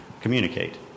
communicate